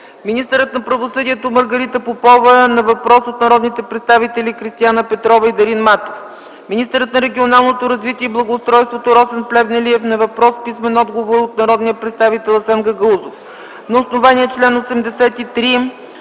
министърът на правосъдието Маргарита Попова на въпрос от народните представители Кристияна Петрова и Дарин Матов; министърът на регионалното развитие и благоустройството Росен Плевнелиев на въпрос и писмен отговор от народния представител Асен Гагаузов. На основание чл. 83,